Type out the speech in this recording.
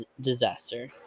disaster